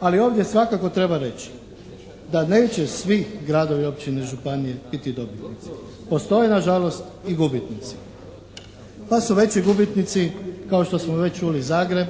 Ali ovdje svakako treba reći da neće svi gradovi, općine i županije biti dobitnici. Postoje nažalost i gubitnici. Pa su veći gubitnici kao što smo već čuli Zagreb,